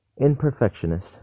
imperfectionist